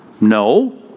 No